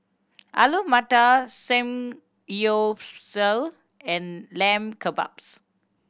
Alu Matar Samgyeopsal and Lamb Kebabs